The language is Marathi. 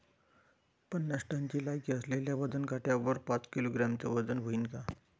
पन्नास टनची लायकी असलेल्या वजन काट्यावर पाच किलोग्रॅमचं वजन व्हईन का?